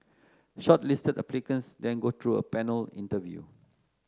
shortlisted applicants then go through a panel interview